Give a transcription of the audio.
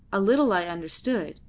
a little i understood.